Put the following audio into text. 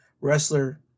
wrestler